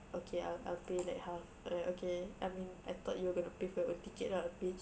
okay I'll I'll pay like half I'm like okay I mean I thought you're going to pay for your own ticket lah bitch